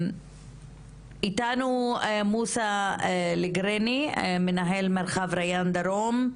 איתנו מוסא אלקריני, מנהל מרחב ריאן דרום.